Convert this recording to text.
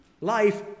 Life